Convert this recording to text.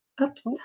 Oops